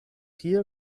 hier